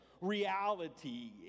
reality